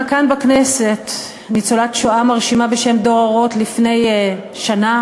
כאן בכנסת ניצולת שואה מרשימה בשם דורה רוט לפני שנה,